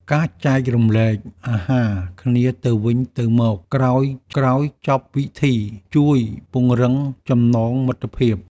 ការចែករំលែកអាហារគ្នាទៅវិញទៅមកក្រោយចប់ពិធី ជួយពង្រឹងចំណងមិត្តភាព។